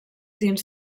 dins